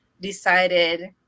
decided